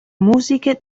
musiche